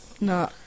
No